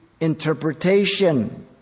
interpretation